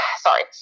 sorry